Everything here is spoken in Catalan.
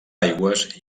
aigües